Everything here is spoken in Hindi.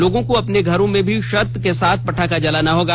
लोगों को अपने घरों में भी शर्त के साथ पटाखा जलाना होगा